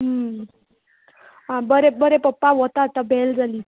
आ बरें बरें पप्पा वता आतां बॅल जाली